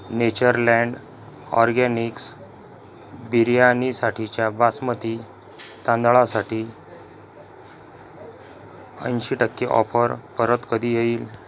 Natureland organics बिर्याणीसाठीच्या बासमती तांदळासाठी ऐंशी टक्के ऑफर परत कधी येईल